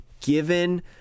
given